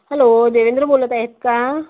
hello Devendra बोलत आहेत का